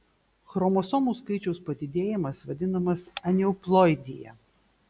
chromosomų skaičiaus padidėjimas vadinamas aneuploidija